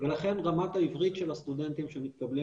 ולכן רמת העברית של הסטודנטים שמתקבלים